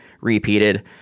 repeated